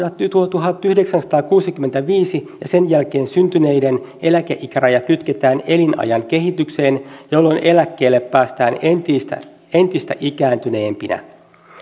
tuhatyhdeksänsataakuusikymmentäviisi ja sen jälkeen syntyneiden eläkeikäraja kytketään elinajan kehitykseen jolloin eläkkeelle päästään entistä entistä ikääntyneempinä